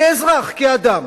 כאזרח, כאדם,